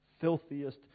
filthiest